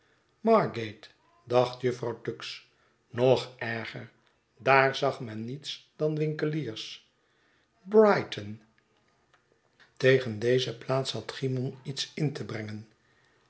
margate dacht jufvrouw tuggs nog erger daar zag men niets dan winkeiiers brighton tegen deze plaats had cymon iets in te brengen